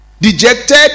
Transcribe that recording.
dejected